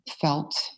felt